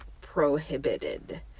prohibited